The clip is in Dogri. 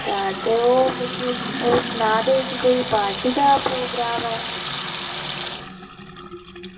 ते ओह् मिगी सनादे हे की कोई पार्टी दा प्रोग्राम ऐ